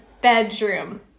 bedroom